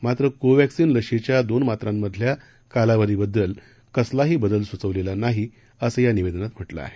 मात्र कोवॅक्सीन लशीच्या दोन मात्रांमधल्या कालावधीबद्दल कसलाही बदल सुचवलेला नाही सं या निवेदनात म्हटलं आहे